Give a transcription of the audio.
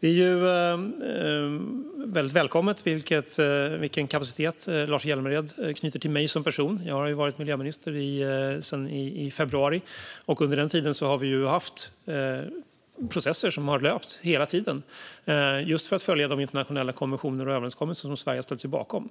Det är välkommet vilken kapacitet Lars Hjälmered knyter till mig som person. Jag har varit miljöminister sedan i februari, och under den tiden har vi haft processer som löpt hela tiden för att följa de internationella konventioner och överenskommelser som Sverige har ställt sig bakom.